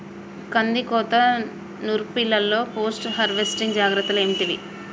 కందికోత నుర్పిల్లలో post harvesting జాగ్రత్తలు ఏంటివి?